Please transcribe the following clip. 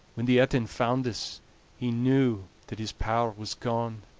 when the etin found this he knew that his power was gone.